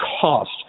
cost